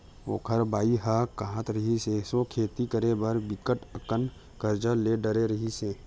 ओखर बाई ह काहत रिहिस, एसो खेती करे बर बिकट अकन करजा ले डरे रिहिस हे